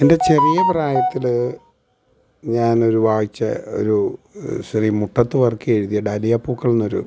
എൻ്റെ ചെറിയ പ്രായത്തിൽ ഞാൻ ഒരു വായിച്ച ഒരു ശ്രീ മുട്ടത്ത് വർക്കി എഴുതിയ ഡാലിയ പൂക്കൾ എന്നൊരു